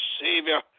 Savior